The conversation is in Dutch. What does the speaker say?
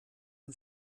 een